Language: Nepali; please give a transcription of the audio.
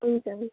हुन्छ हुन्छ